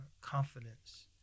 confidence